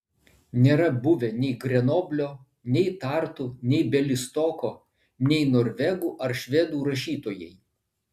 nėra buvę nei grenoblio nei tartu nei bialystoko nei norvegų ar švedų rašytojai